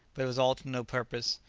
but it was all to no purpose.